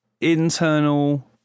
internal